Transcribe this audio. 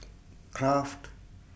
Kraft